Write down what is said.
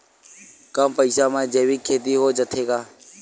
कम पईसा मा जैविक खेती हो जाथे का?